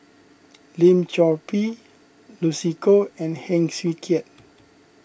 Lim Chor Pee Lucy Koh and Heng Swee Keat